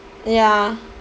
ya